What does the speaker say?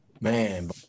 Man